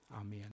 Amen